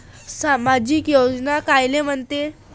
सामाजिक योजना कायले म्हंते?